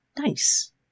Nice